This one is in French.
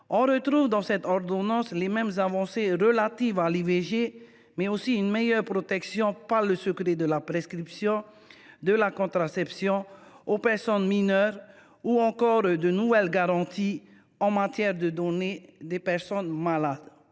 cette ordonnance apporte, outre les mêmes avancées relatives à l’IVG, une meilleure protection par le secret de la prescription de la contraception aux personnes mineures ou encore de nouvelles garanties en matière de données des patients.